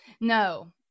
no